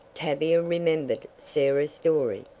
tavia remembered sarah's story.